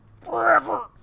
forever